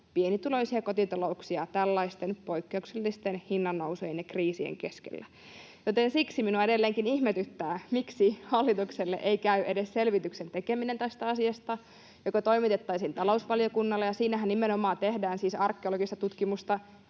pienituloisia kotitalouksia tällaisten poikkeuksellisten hinnannousujen ja kriisien keskellä. Joten siksi minua edelleenkin ihmetyttää, miksi hallitukselle ei käy edes selvityksen tekeminen tästä asiasta, joka toimitettaisiin talousvaliokunnalle. Siinähän nimenomaan tehdään siis arkeologista tutkimusta